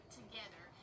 together